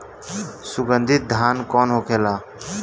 सुगन्धित धान कौन होखेला?